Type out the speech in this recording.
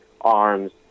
arms